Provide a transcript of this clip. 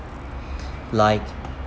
like